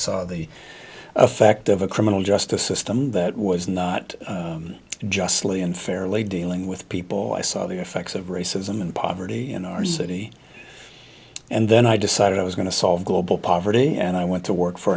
saw the effect of a criminal justice system that was not justly unfairly dealing with people i saw the effects of racism and poverty in our city and then i decided i was going to solve global poverty and i went to work for